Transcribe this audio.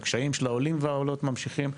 הקשיים של העולים והעולות ממשיכים.